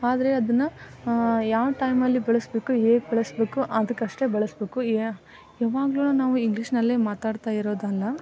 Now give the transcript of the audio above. ಆದರೆ ಅದನ್ನು ಯಾವ ಟೈಮಲ್ಲಿ ಬಳಸಬೇಕು ಹೇಗ್ ಬಳಸಬೇಕು ಅದಕ್ಕಷ್ಟೇ ಬಳಸಬೇಕು ಯಾವಾಗ್ಲು ನಾವು ಇಂಗ್ಲೀಷ್ನಲ್ಲೇ ಮಾತಾಡ್ತಾ ಇರೋದಲ್ಲ